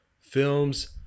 films